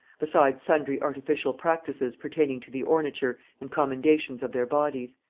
beside sundry artificial practices pertaining to the ornature and commendations of their bodies.